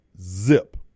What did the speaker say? zip